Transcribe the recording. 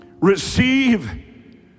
receive